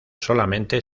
solamente